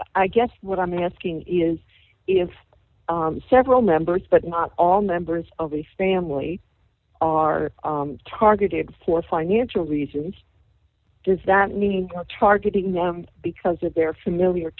i guess what i'm asking is if several members but not all members of the family are targeted for financial reasons does that mean targeting them because of their familiar